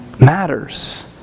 matters